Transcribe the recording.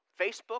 Facebook